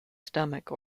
stomach